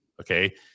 Okay